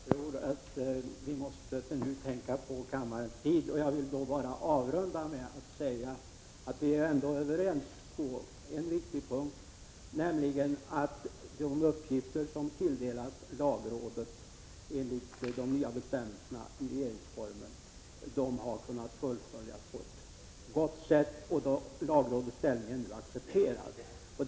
Herr talman! Jag tror att vi måste tänka på den tid som står till kammarens förfogande, varför jag avrundar med att säga att vi ändå är överens på en viktig punkt, nämligen om att de uppgifter som tilldelats lagrådet enligt de nya bestämmelsena i regeringsformen har kunnat fullföljas-på ett gott sätt. Lagrådets ställning är nu accepterad.